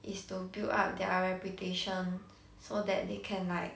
is to build up their reputation so that they can like